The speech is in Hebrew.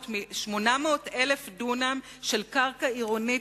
800,000 דונם של קרקע עירונית,